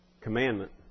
commandment